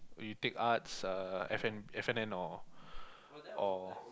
you take arts uh F and F-and-N or or